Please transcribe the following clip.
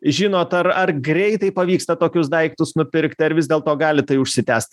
žinot ar ar greitai pavyksta tokius daiktus nupirkti ar vis dėlto gali tai užsitęst